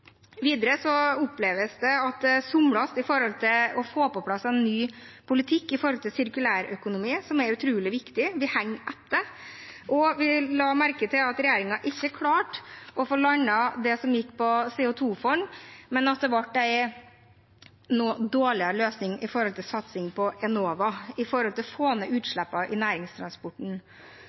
Videre oppleves det at det somles med å få på plass en ny politikk for sirkulærøkonomi, som er utrolig viktig. Vi henger etter. Og vi la merke til at regjeringen ikke klarte å få landet det som gikk på CO 2 -fond, men at det ble en noe dårligere løsning for satsingen på Enova med tanke på å få ned utslippene i næringstransporten.